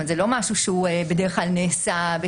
זה לא משהו שנעשה בדרך כלל בחקיקה.